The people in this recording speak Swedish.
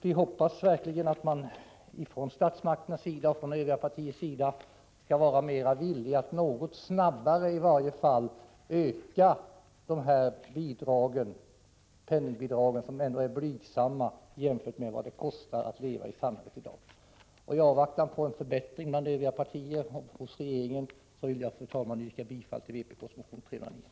Vi hoppas verkligen att övriga partier skall vara villiga att bidra till att staten i varje fall något snabbare ökar penningbidragen till de värnpliktiga. Dessa bidrag är ändå blygsamma med tanke på vad det kostar att leva i samhället i dag. I avvaktan på en förbättring av inställningen hos övriga partier och hos regeringen vill jag, fru talman, yrka bifall till vpk:s motion 309.